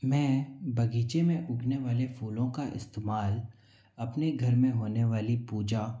मैं बगीचे में उगने वाले फूलों का इस्तेमाल अपने घर में होने वाली पूजा